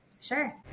Sure